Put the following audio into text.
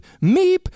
meep